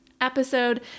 episode